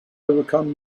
overcome